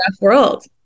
world